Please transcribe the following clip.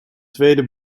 tweede